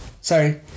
Sorry